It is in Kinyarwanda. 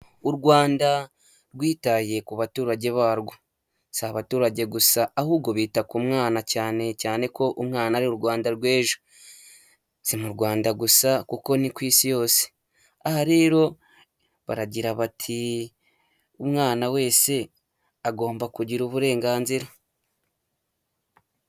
U Rwanda rwitaye ku baturage barwo, si abaturage gusa ahubwo bita ku mwana cyane, cyane ko umwana ari u Rwanda rw'ejo, si mu Rwanda gusa kuko ni ku isi yose, aha rero baragira bati ''Umwana wese agomba kugira uburenganzira.''